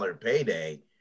payday